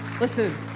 Listen